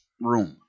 room